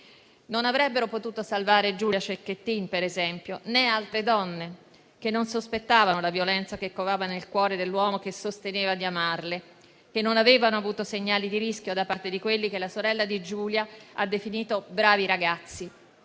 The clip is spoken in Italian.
Non avrebbero potuto salvare Giulia Cecchettin, per esempio, né altre donne che non sospettavano la violenza che covava nel cuore dell'uomo che sosteneva di amarle e che non avevano avuto segnali di rischio da parte di quelli che la sorella di Giulia ha definito "bravi ragazzi".